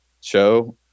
show